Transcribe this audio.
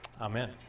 Amen